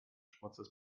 schmutzes